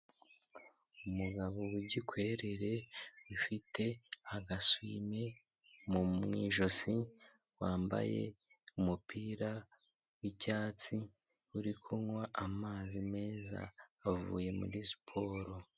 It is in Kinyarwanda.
Umugabo w’igikwerere ufite agasumi mu ijosi wambaye umupira w’icyatsi uri kunywa amazi meza avuye muri siporo.